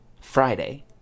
Friday